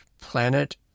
planet